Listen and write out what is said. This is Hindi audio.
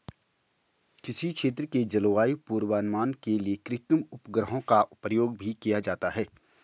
किसी क्षेत्र के जलवायु पूर्वानुमान के लिए कृत्रिम उपग्रहों का प्रयोग भी किया जाता है